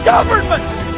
Governments